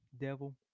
Devil